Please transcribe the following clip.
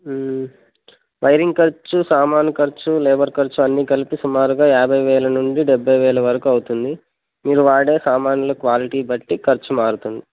wiring ఖర్చు సామాను ఖర్చు లేబర్ ఖర్చు అన్ని కలిపి సుమారుగా యాభై వేల నుండి డెబ్భై వేల వరకు అవుతుంది మీరు వాడే సామాన్ల క్వాలిటీ బట్టి ఖర్చు మారుతుంది